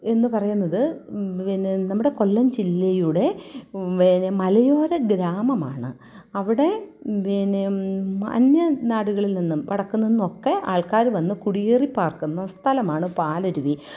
എന്നു പറയുന്നത് പിന്നെ നമ്മുടെ കൊല്ലം ജില്ലയുടെ മലയോര ഗ്രാമമാണ് അവിടെ പിന്നെ അന്യനാടുകളിൽ നിന്നും വടക്കു നിന്നൊക്കെ ആൾക്കാർ വന്ന് കുടിയേറി പാർക്കുന്ന സ്ഥലമാണ് പാലരുവി